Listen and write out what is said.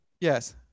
Yes